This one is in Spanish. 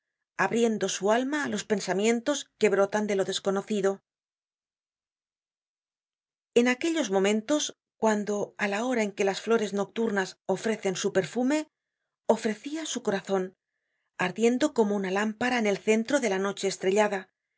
abriendo su alma á los pensamientos que brotan de lo desconocido en aquellos momentos cuando á la hora en que las flores nocturnas ofrecen su perfume ofrecia su corazon ardiendo como una lámpara en el centro de la noche estrellada